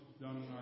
done